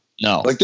No